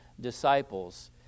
disciples